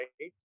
right